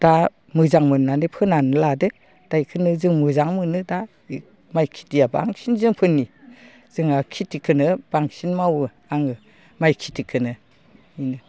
दा मोजां मोन्नानै फोनानै लादों दा बेखौनो जों मोजां मोनो दा माइ खेथिया बांसिन जोंफोरनि जोंहा खेथिखौनो बांसिन मावो आङो माइ खेथिखौनो बेनो